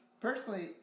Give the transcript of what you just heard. personally